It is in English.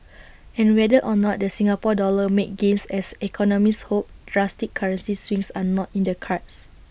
and whether or not the Singapore dollar makes gains as economists hope drastic currency swings are not in the cards